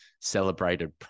celebrated